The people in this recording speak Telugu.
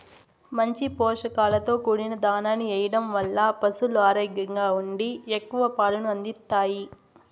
మంచి పోషకాలతో కూడిన దాణాను ఎయ్యడం వల్ల పసులు ఆరోగ్యంగా ఉండి ఎక్కువ పాలను అందిత్తాయి